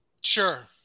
Sure